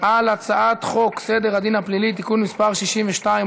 על הצעת חוק סדר הדין הפלילי (תיקון מס' 62,